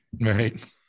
right